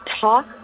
talk